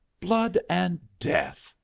blood and death!